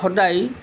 সদায়